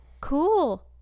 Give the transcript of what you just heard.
cool